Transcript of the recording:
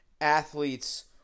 athletes